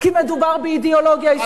כי מדובר באידיאולוגיה אסלאמית קיצונית,